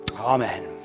Amen